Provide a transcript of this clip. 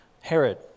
Herod